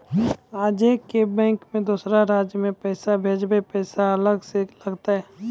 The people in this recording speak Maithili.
आजे के बैंक मे दोसर राज्य मे पैसा भेजबऽ पैसा अलग से लागत?